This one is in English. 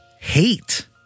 hate